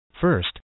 First